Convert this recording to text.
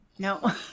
No